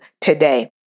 today